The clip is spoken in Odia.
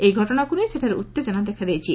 ଏହି ଘଟଶାକୁ ନେଇ ସେଠାରେ ଉତ୍ତେକନା ଦେଖାଦେଇଛି